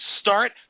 Start